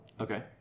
Okay